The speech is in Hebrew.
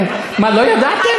מה, לא ידעתם?